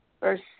Verse